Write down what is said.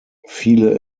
viele